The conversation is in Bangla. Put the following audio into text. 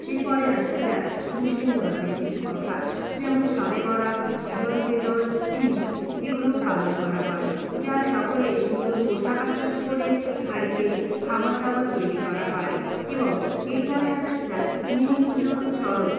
এরপরে আসা যাক মুসলিম ধর্মের কিছু কথা যেমন সবেবরাত ঈদল ফেতর ঈদ এগুলো পালন করা হয় যা সকলে নূতন পোশাক আসাক পরে বাড়িতে খাবার দাবার তৈরি করা হয় এবং এরপরে আসা যাক নীল পূজো চরক